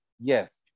Yes